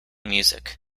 music